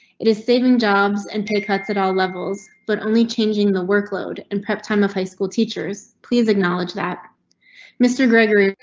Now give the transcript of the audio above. it is saving jobs and pay cuts at all levels but. only changing the workload and prep time of high school teachers please acknowledge that mr gregory.